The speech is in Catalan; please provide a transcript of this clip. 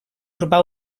urbà